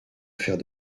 faire